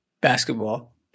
Basketball